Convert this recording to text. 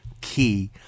key